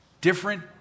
Different